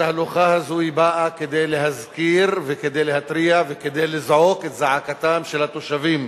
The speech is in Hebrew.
התהלוכה הזו באה כדי להזכיר וכדי להתריע וכדי לזעוק את זעקתם של התושבים